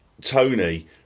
Tony